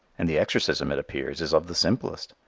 and the exorcism, it appears, is of the simplest.